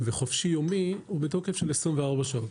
וחופשי יומי הוא בתוקף של 24 שעות,